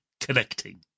connecting